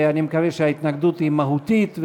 שאני מקווה שההתנגדות היא מהותית,